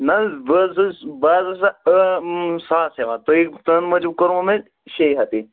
نہ حظ بہٕ حظ چھُس ساس ہیٚوان تُہۍ تۄہہِ مٔنجو کوٚروٕ مےٚ شے ہَتھے